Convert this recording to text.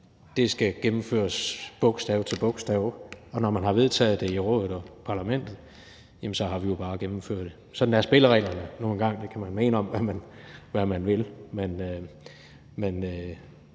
det skal gennemføres bogstav til bogstav, og når man har vedtaget det i Rådet og i Parlamentet, har vi jo bare at gennemføre det. Sådan er spillereglerne nu engang – det kan man mene om, hvad man vil.